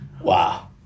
Wow